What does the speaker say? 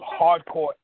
hardcore